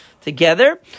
together